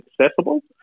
accessible